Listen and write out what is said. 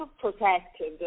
protected